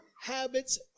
habits